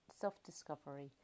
self-discovery